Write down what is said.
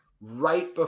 right